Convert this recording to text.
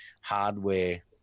hardware